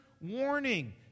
warning